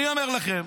אני אומר לכם.